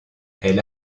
elle